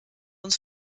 uns